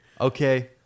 Okay